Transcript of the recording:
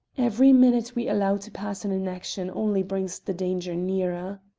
every minute we allow to pass in inaction only brings the danger nearer.